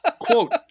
Quote